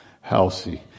healthy